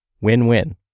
Win-win